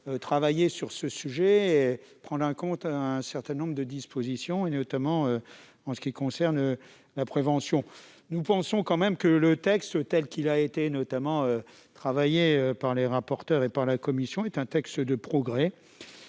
travailler sur ce sujet, et de prendre un certain nombre de dispositions, notamment en ce qui concerne la prévention. Nous pensons également que le texte, tel qu'il a été travaillé par les rapporteurs et par la commission, est un texte de progrès.